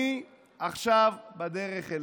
אני עכשיו בדרך אליך.